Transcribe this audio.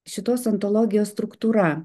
šitos antologijos struktūra